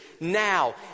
now